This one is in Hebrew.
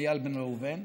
איל בן ראובן?